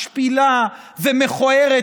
משפילה ומכוערת,